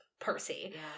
Percy